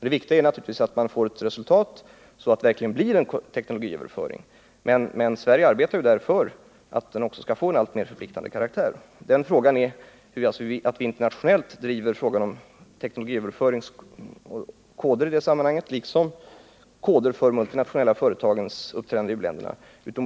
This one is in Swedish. Det viktiga är naturligtvis att man uppnår ett resultat så att en teknologiöverföring verkligen kommer till stånd, men Sverige arbetar i det sammanhanget för att koden skall få en alltmer förpliktande karaktär. Det är utomordentligt viktigt hur vi internationellt driver frågan om teknologiöverföring och koder i det sammanhanget liksom när det gäller de multinationella företagens uppträdande i u-länderna.